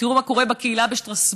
תראו מה קורה בקהילה בשטרסבורג,